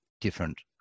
different